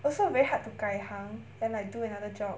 also very hard to 改行 and like do another job